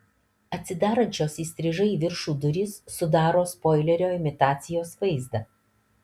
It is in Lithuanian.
atsidarančios įstrižai į viršų durys sudaro spoilerio imitacijos vaizdą